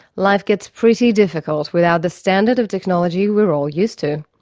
life gets pretty difficult without the standard of technology we are all used to.